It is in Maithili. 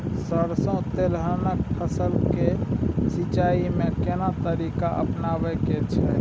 सरसो तेलहनक फसल के सिंचाई में केना तरीका अपनाबे के छै?